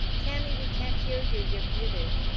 tammy, we can't hear you, you're muted.